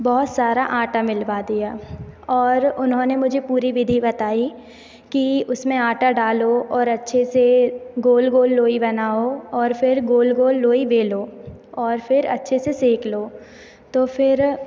बहुत सारा आटा मिलवा दिया और उन्होंने मुझे पूरी विधि बताई कि उसमें आटा डालो और अच्छे से गोल गोल लोई बनाओ और फिर गोल गोल लोई बेलो और फिर अच्छे से सेंक लो तो फिर